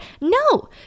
No